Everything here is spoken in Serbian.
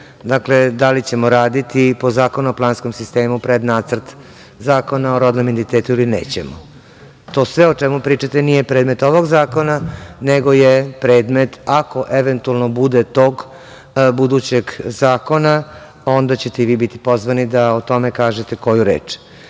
Dakle, da li ćemo raditi po Zakonu o planskom sistemu pred Nacrt zakona o rodnom identitetu ili nećemo. To sve o čemu pričate nije predmet ovog zakona, nego je predmet ako eventualno bude tog budućeg zakona, onda ćete i vi biti pozvani da o tome kažete koju reč. Šta